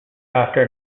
after